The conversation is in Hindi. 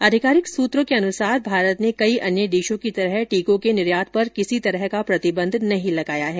आधिकारिक सूत्रों ने बताया कि भारत ने कई अन्य देशों की तरह टीकों के निर्यात पर किसी तरह का प्रतिबंध नहीं लगाया है